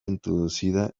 introducida